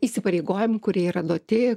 įsipareigojimų kurie yra duoti